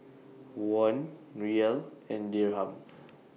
Won Riyal and Dirham